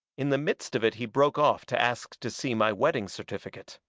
in the midst of it he broke off to ask to see my wedding certificate.